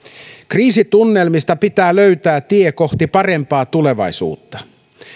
kriisitunnelmista pitää löytää tie kohti parempaa tulevaisuutta